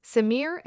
Samir